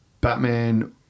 Batman